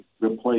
replace